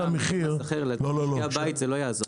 למשקי הבית זה לא יעזור.